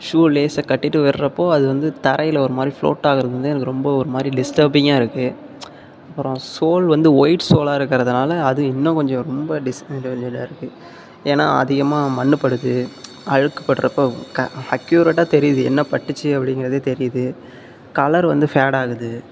shoe லேஸை கட்டிகிட்டு வர்றப்போ அது வந்து தரையில் ஒரு மாதிரி ஃப்ளோட் ஆகுறது வந்து எனக்கு ரொம்ப ஒரு மாதிரி டிஸ்டப்பிங்காக இருக்குது அப்புறம் சோல் வந்து ஒயிட் சோலாக இருக்கிறதுனால அது இன்னும் கொஞ்சம் ரொம்ப டிஸ் இருக்குது ஏன்னா அதிகமாக மண்ணுப்படுது அழுக்குப்படுறப்ப க அக்யூரேட்டாக தெரியுது என்ன பட்டுச்சு அப்படிங்கிறது தெரியுது கலர் வந்து ஃபேடாகுது